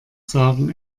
sagen